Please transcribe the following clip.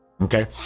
Okay